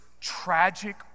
tragic